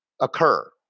occur